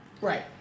right